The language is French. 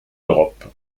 europe